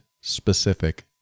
specific